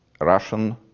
Russian